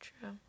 True